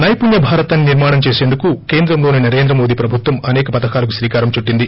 నైపుణ్య భారతాన్ని నిర్మాణం చేసీందుకు కేంద్రంలోని నరేంద్ర మోదీ ప్రభుత్వం అసేక పధకాలకు శ్రీకారం చుట్టింది